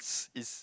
is